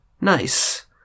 Nice